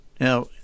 Now